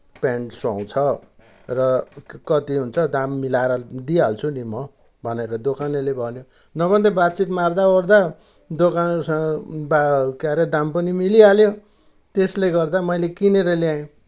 pant सुहाउँछ र कति हुन्छ दाम मिलाएर दिइहाल्छु नि म भनेर दोकानेले भन्यो नभन्दै बातचित मार्दाओर्दा दोकानेसँग बात के अरे दाम पनि मिलिहाल्यो त्यसले गर्दा मैले किनेर ल्याएँ